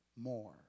more